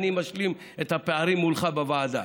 אני משלים את הפערים מולך בוועדה.